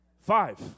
Five